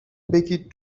بگید